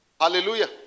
Hallelujah